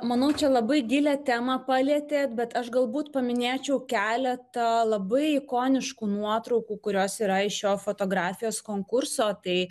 manau čia labai gilią temą palietė bet aš galbūt paminėčiau keletą labai ikoniškų nuotraukų kurios yra šio fotografijos konkurso tai